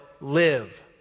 live